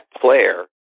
player